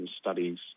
studies